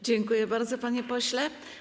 Dziękuję bardzo, panie pośle.